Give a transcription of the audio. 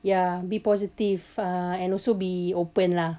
ya be positive uh and also be open lah